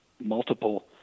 multiple